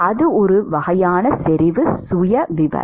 அது ஒரு வகையான செறிவு சுயவிவரம்